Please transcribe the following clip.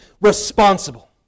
Responsible